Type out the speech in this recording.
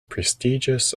prestigious